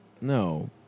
No